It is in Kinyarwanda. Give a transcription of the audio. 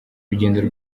rugendo